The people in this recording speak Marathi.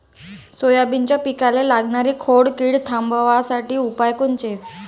सोयाबीनच्या पिकाले लागनारी खोड किड थांबवासाठी उपाय कोनचे?